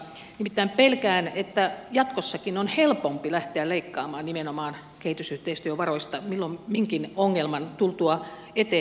nimittäin pelkään että jatkossakin on helpompi lähteä leikkaamaan nimenomaan kehitysyhteistyövaroista milloin minkin ongelman tultua eteen